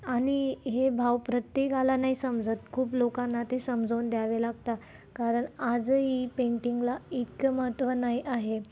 आणि हे भाव प्रत्येकाला नाही समजत खूप लोकांना ते समजावून द्यावे लागतात कारण आज ही पेंटिंगला इतकं महत्त्व नाही आहे